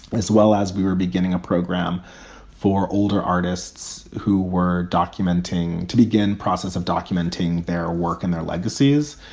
as well as we were beginning a program for older artists who were documenting to begin process of documenting their work and their legacies,